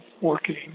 working